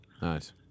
Nice